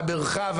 המרחב,